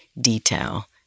detail